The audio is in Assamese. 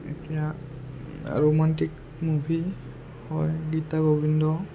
এতিয়া আৰু ৰোমাণ্টিক মুভি হয় গীতা গোবিন্দ